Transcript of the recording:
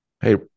Hey